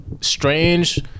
strange